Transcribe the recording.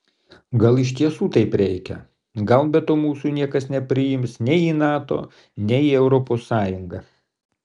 gal iš tiesų taip reikia gal be to mūsų niekas nepriims nei į nato nei į europos sąjungą